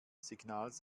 signals